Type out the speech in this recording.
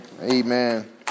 Amen